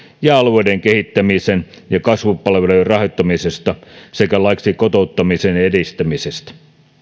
laiksi alueiden kehittämisen ja kasvupalveluiden rahoittamisesta sekä laiksi kotouttamisen edistämisestä